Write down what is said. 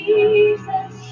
Jesus